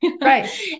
Right